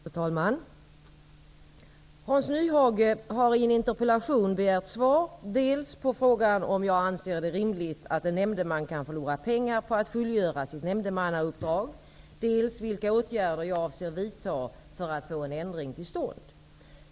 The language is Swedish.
Fru talman! Hans Nyhage har i en interpellation begärt svar, dels på frågan om jag anser det rimligt att en nämndeman kan förlora pengar på att fullgöra sitt nämndemannauppdrag, dels vilka åtgärder jag avser vidta för att få en ändring till stånd.